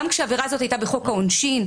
גם כשעבירה הזאת הייתה בחוק העונשין,